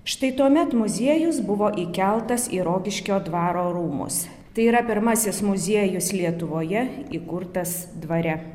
štai tuomet muziejus buvo įkeltas į rokiškio dvaro rūmus tai yra pirmasis muziejus lietuvoje įkurtas dvare